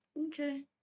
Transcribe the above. okay